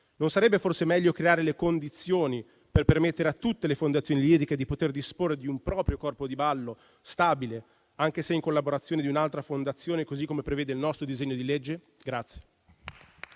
Non sarebbe forse meglio creare le condizioni per permettere a tutte le fondazioni liriche di poter disporre di un proprio corpo di ballo stabile, anche se in collaborazione con un'altra fondazione, così come prevede il nostro disegno di legge?